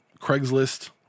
Craigslist